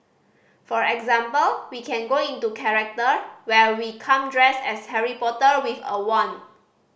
for example we can go into character where we come dressed as Harry Potter with a wand